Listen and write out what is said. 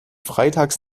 freitags